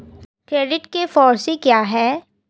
Credit के four C क्या हैं?